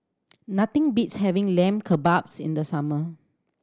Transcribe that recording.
nothing beats having Lamb Kebabs in the summer